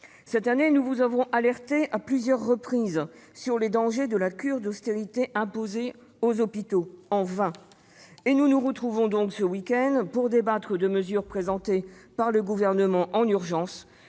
Cette année, nous vous avons alertés à plusieurs reprises sur les dangers de la cure d'austérité imposée aux hôpitaux. En vain ... Et nous nous retrouvons donc ce week-end pour débattre de mesures présentées par le Gouvernement en urgence,